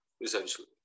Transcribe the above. essentially